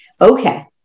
Okay